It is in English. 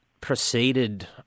proceeded